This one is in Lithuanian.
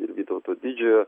ir vytauto didžiojo